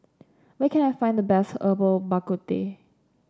where can I find the best Herbal Bak Ku Teh